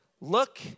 Look